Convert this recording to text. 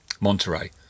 Monterey